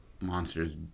monsters